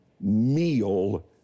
meal